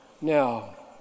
Now